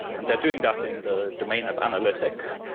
and they're doing that in the domain of analytics.